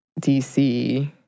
DC